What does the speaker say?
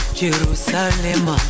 Jerusalem